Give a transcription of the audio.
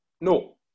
No